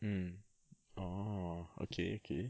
mm oh okay okay